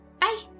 bye